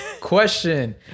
question